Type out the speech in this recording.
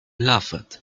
laughed